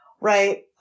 right